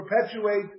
perpetuate